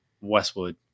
Westwood